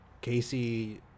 Casey